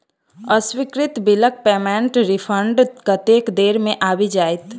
अस्वीकृत बिलक पेमेन्टक रिफन्ड कतेक देर मे आबि जाइत?